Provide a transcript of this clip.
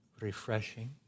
refreshing